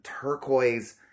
turquoise